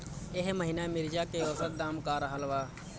एह महीना मिर्चा के औसत दाम का रहल बा?